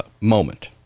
moment